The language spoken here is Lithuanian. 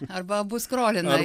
arba abu skrolina